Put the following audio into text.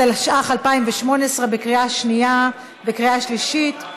התשע"ח 2018, בקריאה שנייה ובקריאה שלישית.